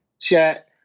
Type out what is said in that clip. chat